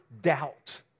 doubt